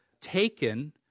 taken